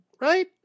Right